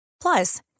Plus